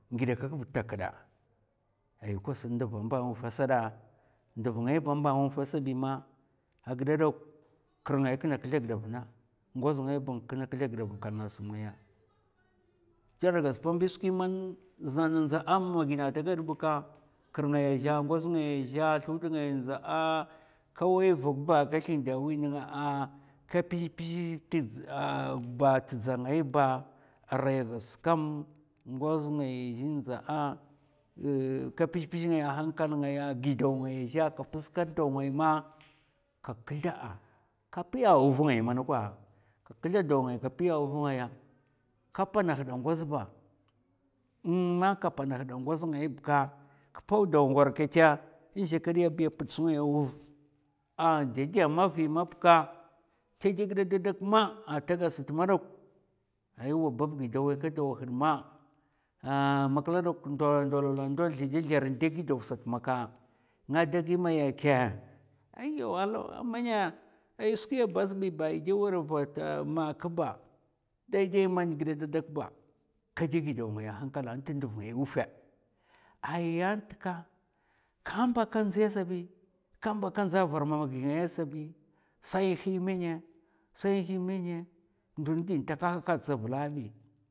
Ngidè kèk ba ta kda, ay kwas ndva mba wufè sa da. nduv ngay ba mba wufèsabi ma a ghida dok kir ngai kina kzla giɗa vna, ngoz ngai ba kina kzla gida ba kalna sm ngaya. kèdè gas skwi man zan ndza'a mama gina ta gad bka, kirmam ngaya zhè, ngoz ngaya zhè. slud ngay ndza'a ka wai vug ba ka zlin da wi nènga, ka mpzè mpzè nta dza ngai ba, arai gas kam ngoz ngaya zhè n'ndza, ka mpzè mpzè ngaya a hankal ngaya gidaw ngaya zhè ka mpz ka daw ngai ma ka kzla'a ka piya uv ngay mana kwa, ka kzla daw ngai ka piya uv ngaya, ka pana hda ngoz ba, maka pana hda ngoz ngai bka kpwa daw ngwar kash kètè n'zhikadiya biya pd sun ngaya wuv a ndèdè mavi mab ka, tè dè gida dadak ma a ta gad sat manok, ay wa babg è da waika dawa had ma ha makla dok ndol ndolola ndo dè zlèr in dè gidaw nga da gi maya kè? Ayaw alawè mèna skwi ya ba zɓi ba, è dè wèr vata ma kba, dai dai man, ghida da'dkak ba kè dè gidaw ngaya a hankla ntat nduv ngaya wufè. ai ant ka, kaba ka ndziyz sabi, ka mba ka ndza a'var mamagi ngaya sabi, sai nhè mènè, sai nhè mènè. ndon ndi takahaka tsavula bi.